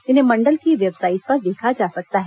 इन्हें मंडल की वेबसाइट पर देखा जा सकता है